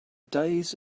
days